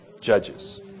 Judges